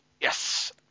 Yes